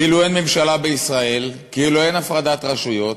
כאילו אין ממשלה בישראל, כאילו אין הפרדת רשויות,